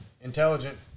Intelligent